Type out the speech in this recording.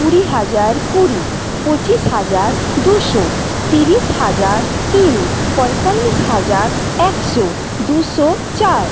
কুড়ি হাজার কুড়ি পঁচিশ হাজার দুশো তিরিশ হাজার তিন পঁয়তাল্লিশ হাজার একশো দুশো চার